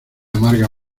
amarga